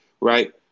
right